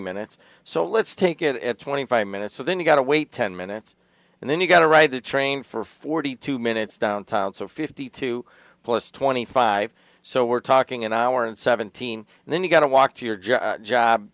minutes so let's take it at twenty five minutes so then you've got to wait ten minutes and then you've got to ride the train for forty two minutes downtown so fifty two plus twenty five so we're talking an hour and seventeen and then you've got to walk to your job job